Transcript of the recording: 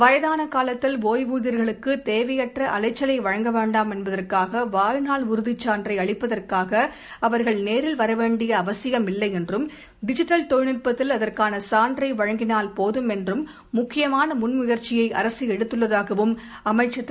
வயதான காலத்தில் ஓய்வூதியர்களுக்கு தேவையற்ற அலைச்சலை வழங்க வேண்டாம் என்பதற்காக வாழ்நாள் உறுதிச் சான்றை அளிப்பதற்காக அவர்கள் நேரில் வரவேண்டிய அவசியமில்லை என்றும் டிஜிட்டல் தொழில் நுட்பத்தில் அதற்கான சான்றை வழங்கினால் போதும் என்றும் முக்கியமான முன்முயற்சியை அரசு எடுத்துள்ளதாகவும் அமைச்சர் திரு